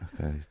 okay